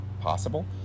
possible